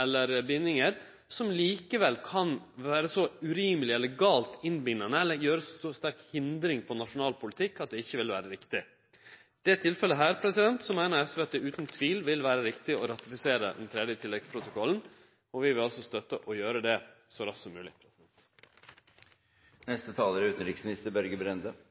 eller bindingar som likevel kan vere så urimelege eller galt innbindande, eller vil leggje ei så sterk hindring på nasjonal politikk, at det ikkje ville vere riktig. I dette tilfellet meiner SV at det utan tvil vil vere riktig å ratifisere den tredje tilleggsprotokollen, og vi vil altså støtte at ein gjer det så raskt som mogleg. Jeg opplever det som at det er